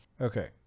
Okay